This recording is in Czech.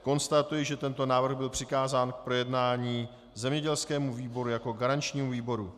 Konstatuji, že tento návrh byl přikázán k projednání zemědělskému výboru jako garančnímu výboru.